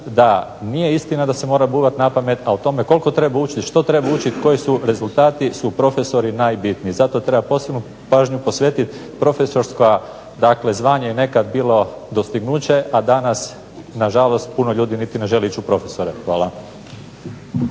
da nije istina da se mora bubati na pamet, a o tome koliko treba učiti i što treba učiti koji su rezultati su profesori najbitniji. Zato treba posebnu pažnju posvetiti profesorsko, dakle zvanje je nekad bilo dostignuće, a danas na žalost puno ljudi niti ne želi ići u profesore. Hvala.